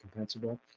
compensable